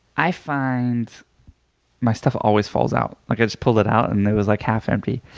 i find my stuff always falls out. like i just pulled it out and it was like half empty.